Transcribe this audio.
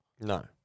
No